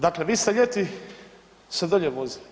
Dakle vi ste ljeti se dolje vozili.